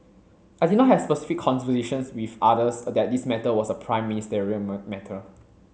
I did not have specific conversations with others that this matter was a prime ministerial matter